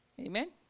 amen